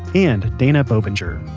and dana boebinger,